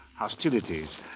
Hostilities